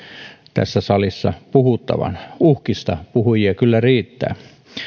tässä salissa puhuttavan uhkista puhujia kyllä riittää